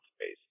space